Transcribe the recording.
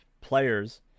players